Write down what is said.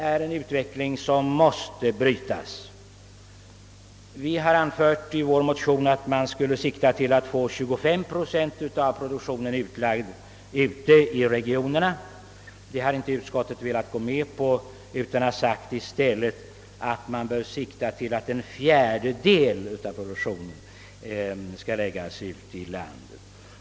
Detta förhållande måste ändras. Vi har i vår motion anfört att man skulle syfta till att få 25 procent av produktionen utlagd på regionerna. Utskottet har inte velat vara med om detta utan har i stället sagt att man bör sikta till att en fjärdedel av produktionen skall läggas ut i landet.